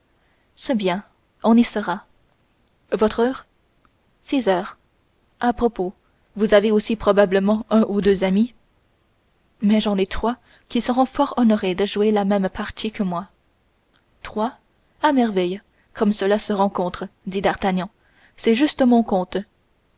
c'est bien on y sera votre heure six heures à propos vous avez aussi probablement un ou deux amis mais j'en ai trois qui seront fort honorés de jouer la même partie que moi trois à merveille comme cela se rencontre dit d'artagnan c'est juste mon compte